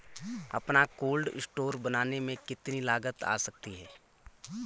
अपना cold store बनाने में कितनी लागत आ जाती है?